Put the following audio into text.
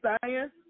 science